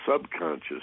subconscious